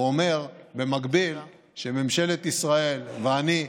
ואומר במקביל שממשלת ישראל ואני,